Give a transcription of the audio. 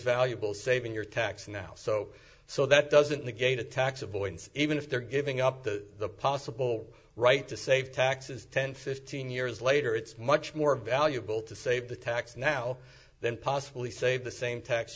valuable saving your tax now so so that doesn't negate a tax avoidance even if they're giving up the possible right to save taxes ten fifteen years later it's much more valuable to save the tax now than possibly save the same tax